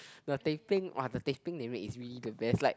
the teh peng !wah! the teh peng they make is really the best like